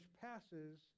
passes